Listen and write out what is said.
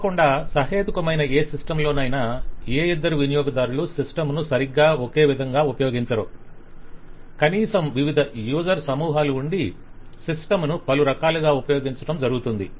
తప్పకుండా సహేతుకమైన ఏ సిస్టమ్ లోనైనా ఏ ఇద్దరు వినియోగదారులు సిస్టమ్ ను సరిగ్గా ఒకే విధంగా ఉపయోగించరు కనీసం వివిధ యూసర్ సమూహాలు ఉండి సిస్టమ్ ను పలు రకాలుగా ఉపయోగించటం జరుగుతుంది